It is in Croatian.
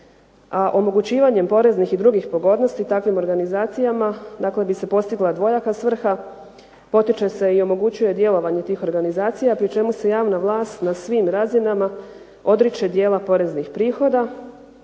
A omogućivanjem drugih i poreznih pogodnosti takvim organizacijama postigla bi se dvojaka svrha. Potiče se i omogućuje djelovanje tih organizacija, pri čemu se javna vlast na svim razinama odriče dijela poreznih prihoda,